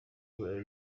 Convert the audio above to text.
guhura